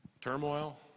Turmoil